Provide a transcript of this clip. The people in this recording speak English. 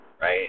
right